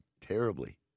terribly